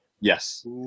Yes